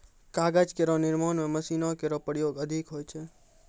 कागज केरो निर्माण म मशीनो केरो प्रयोग अधिक होय छै